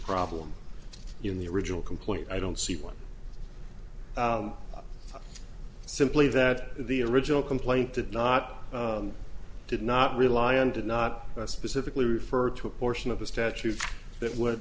problem in the original complaint i don't see one simply that the original complaint did not did not rely on did not specifically refer to a portion of the statute that would